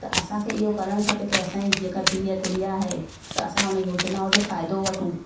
त असांखे इहो करणु खपे के असांजी जेका धीअ गुड़िया आहे त असां हुन योजनाउनि जो फ़ाइदो वठूं